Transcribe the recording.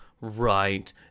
right